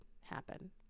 happen